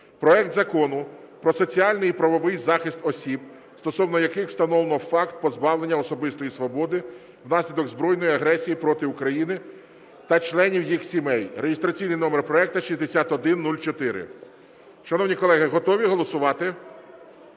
проект Закону про соціальний і правовий захист осіб, стосовно яких встановлено факт позбавлення особистої свободи внаслідок збройної агресії проти України, та членів їх сімей (реєстраційний номер проекту 6104). Шановні колеги, готові голосувати?